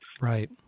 Right